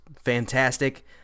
fantastic